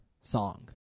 song